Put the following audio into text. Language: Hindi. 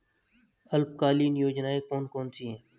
अल्पकालीन योजनाएं कौन कौन सी हैं?